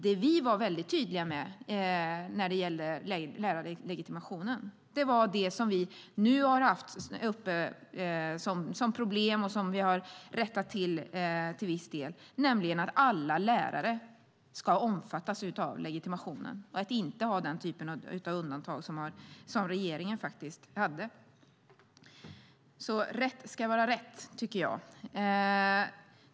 Det vi var väldigt tydliga med när det gällde lärarlegitimationen var det vi nu har haft uppe som problem och som till viss del har rättats till, nämligen att alla lärare ska omfattas av legitimationen och att det inte ska finnas den typen av undantag som regeringen hade. Rätt ska vara rätt, tycker jag.